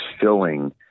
filling